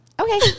okay